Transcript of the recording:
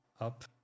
up